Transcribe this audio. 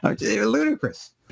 Ludicrous